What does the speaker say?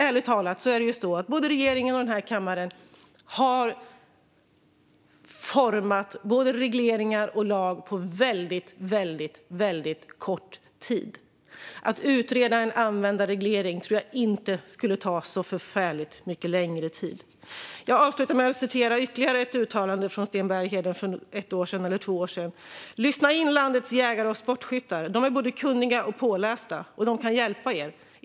Ärligt talat är det så att både regeringen och denna kammare har utformat både regleringar och lag på väldigt kort tid. Att utreda en användarreglering tror jag inte skulle ta förfärligt mycket längre tid. Jag avslutar med att citera ytterligare ett uttalande från Sten Bergheden för ett eller två år sedan: "Lyssna in landets jägare och sportskyttar! De är både kunniga och pålästa, och de kan hjälpa er.